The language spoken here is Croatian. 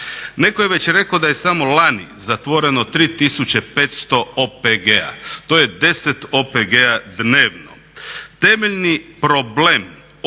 Netko je već rekao da je samo lani zatvoreno 3500 OPG-a, to je 10 OPG-a dnevno. Temeljni problem od